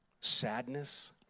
sadness